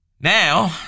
Now